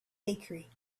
bakery